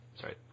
sorry